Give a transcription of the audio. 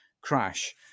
crash